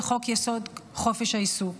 וחוק-יסוד: חופש העיסוק.